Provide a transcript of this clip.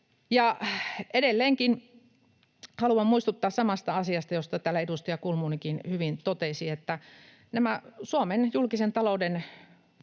edelleenkin haluan muistuttaa samasta asiasta, josta täällä edustaja Kulmunikin hyvin totesi, että Suomen julkisen talouden